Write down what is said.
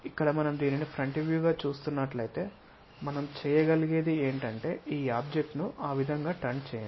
ఇక్కడ మనం దీనిని ఫ్రంట్ వ్యూగా చూస్తున్నట్లయితే మనం చేయగలిగేది ఏంటంటే ఈ ఆబ్జెక్ట్ ను ఆ విధంగా టర్న్ చేయండి